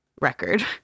record